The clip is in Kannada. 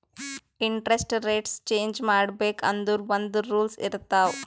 ಇಂಟರೆಸ್ಟ್ ರೆಟ್ಸ್ ಚೇಂಜ್ ಮಾಡ್ಬೇಕ್ ಅಂದುರ್ ಒಂದ್ ರೂಲ್ಸ್ ಇರ್ತಾವ್